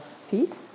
feet